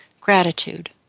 Gratitude